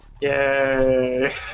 Yay